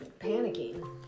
panicking